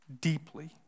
deeply